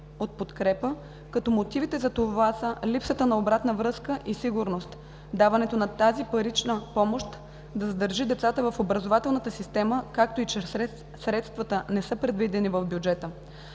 от подкрепа, като мотивите за това са: липсата на обратна връзка и сигурност, даването на тази парични помощи да задържи децата в образователната система, както и, че средствата не са предвидени в бюджета.